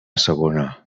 segona